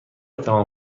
تمام